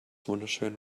wunderschön